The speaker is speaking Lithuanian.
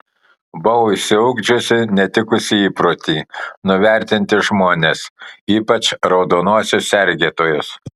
buvau išsiugdžiusi netikusį įprotį nuvertinti žmones ypač raudonuosius sergėtojus